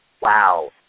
wow